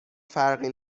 فرقی